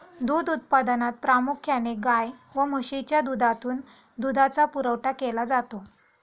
दूध उत्पादनात प्रामुख्याने गाय व म्हशीच्या दुधातून दुधाचा पुरवठा केला जातो